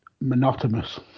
monotonous